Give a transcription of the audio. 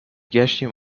گشتیم